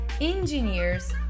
engineers